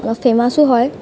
বহুত ফেমাছো হয়